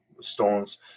stones